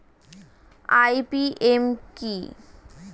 IPM কি?